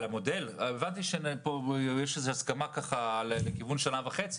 הבנתי שיש איזו הסכמה לכיוון שנה וחצי.